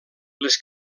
les